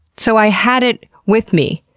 so i had it with me!